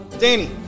Danny